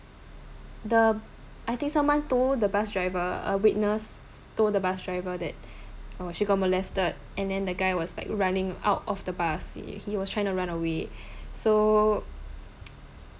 the I think someone told the bus driver a witness told the bus driver that oh she got molested and then the guy was like running out of the bus he was trying to run away so